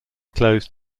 closed